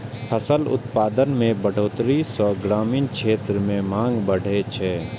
फसल उत्पादन मे बढ़ोतरी सं ग्रामीण क्षेत्र मे मांग बढ़ै छै